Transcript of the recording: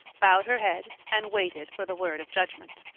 bowed her head, and waited for the word of judgment.